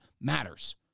matters